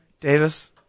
davis